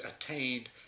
attained